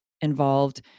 involved